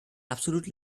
absolut